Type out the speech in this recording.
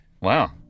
wow